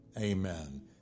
amen